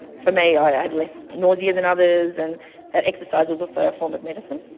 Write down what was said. for me i had less nausea than others, and that exercise was also a form of medicine,